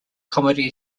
comedy